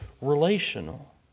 relational